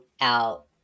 out